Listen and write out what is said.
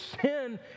Sin